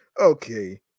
okay